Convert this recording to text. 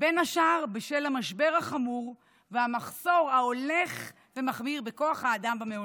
בין השאר בשל המשבר החמור והמחסור ההולך ומחמיר בכוח אדם במעונות,